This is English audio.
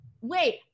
Wait